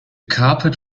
carpet